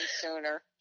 sooner